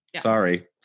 Sorry